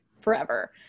forever